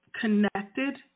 connected